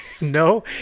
No